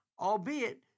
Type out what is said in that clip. Albeit